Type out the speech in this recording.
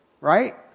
Right